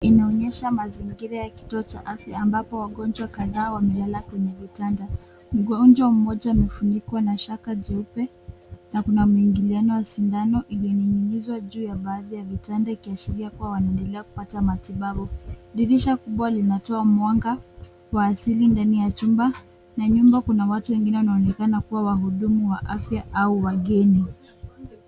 Inaonyesha mazingira ya kituo cha afya ambapo wagonjwa kadhaa wamelala kwenye vitanda. Mgonjwa mmoja amefunikwa na shaka jeupe, na kuna mwingiliano wa sindano iliyoning’inizwa juu ya baadhi ya vitanda ikiashiria kuwa wanaendelea kupata matibabu. Dirisha kubwa linatoa mwanga, kwa asili ndani ya chumba, na nyumba kuna watu wengine wanaonekana kuwa wahudumu wa afya au wageni.